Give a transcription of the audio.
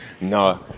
no